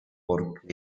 porque